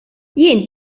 jien